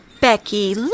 Becky